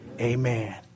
Amen